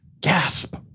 Gasp